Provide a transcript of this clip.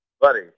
buddy